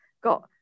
got